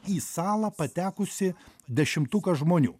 į salą patekusį dešimtuką žmonių